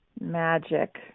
magic